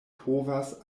povas